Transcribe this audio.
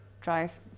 drive